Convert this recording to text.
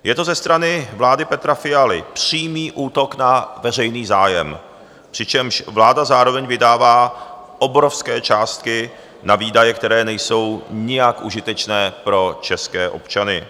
Je to ze strany vlády Petra Fialy přímý útok na veřejný zájem, přičemž vláda zároveň vydává obrovské částky na výdaje, které nejsou nijak užitečné pro české občany.